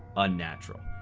unnatural.